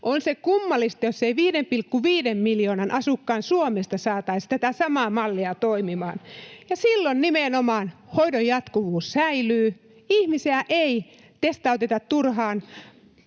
On se kummallista, jos ei 5,5 miljoonan asukkaan Suomessa saataisi tätä samaa mallia toimimaan. Silloin nimenomaan hoidon jatkuvuus säilyy. Ihmisiä ei testauteta turhaan